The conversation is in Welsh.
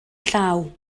llaw